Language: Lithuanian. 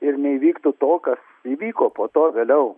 ir neįvyktų to kas įvyko po to vėliau